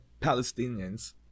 Palestinians